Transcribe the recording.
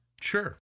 sure